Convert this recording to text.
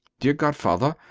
dear godfather,